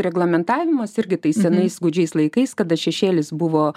reglamentavimas irgi tais senais gūdžiais laikais kada šešėlis buvo